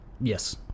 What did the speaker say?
Yes